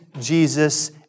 Jesus